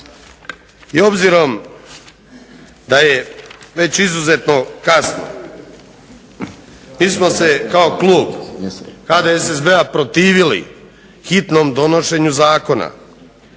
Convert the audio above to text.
I obzirom da je već izuzetno kasno mi smo se kao klub HDSSB-a protivili hitnom donošenju zakona